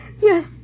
Yes